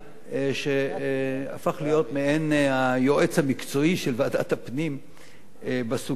והפך להיות מעין היועץ המקצועי של ועדת הפנים בסוגיה הזאת,